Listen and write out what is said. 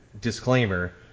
disclaimer